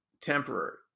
temporary